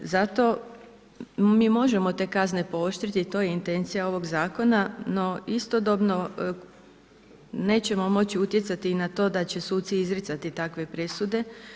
Zato mi možemo te kazne pooštriti i to je intencija ovog zakona, no istodobno nećemo moći utjecati i na to da će suci izricati takve presude.